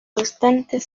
restantes